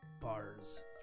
bars